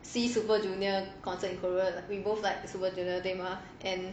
see super junior concert in korea we both like super junior 对吗 and